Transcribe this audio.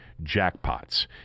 jackpots